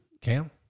Cam